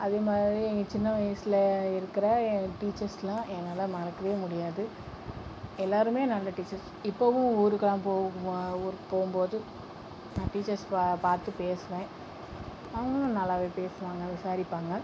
அதே மாதிரி சின்ன வயதில் இருக்கிற என் டீச்சர்ஸ்லாம் என்னால் மறக்கவே முடியாது எல்லாருமே நல்ல டீச்சர்ஸ் இப்போவும் ஊருக்குலாம் போகும் ஊருக்கு போகும்போது நான் டீச்சர்ஸ் பார்த்து பேசுவேன் அவங்களும் நல்லாவே பேசுவாங்கள் விசாரிப்பாங்கள்